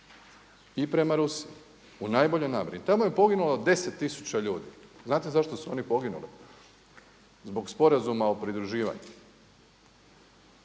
i prema Rusiji u najboljoj namjeri. Tamo je poginulo deset tisuća ljudi. Znate zašto su oni poginuli? Zbog Sporazuma o pridruživanju.